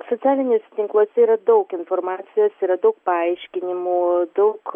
socialiniuose tinkluose yra daug informacijos yra daug paaiškinimų daug